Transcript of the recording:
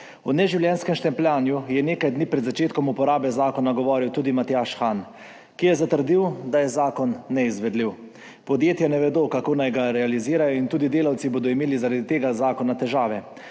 O neživljenjskem štempljanju je nekaj dni pred začetkom uporabe zakona govoril tudi Matjaž Han, ki je zatrdil, da je zakon neizvedljiv. Podjetja ne vedo, kako naj ga realizirajo in tudi delavci bodo **37. TRAK: (VP) 11.30**